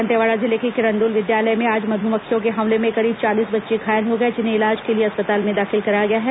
दंतेवाड़ा जिले के किरंदुल विद्यालय में आज मध्मक्खियों के हमले में करीब चालीस बच्चे घायल हो गए जिन्हें इलाज के लिए अस्पताल में दाखिल कराया गया है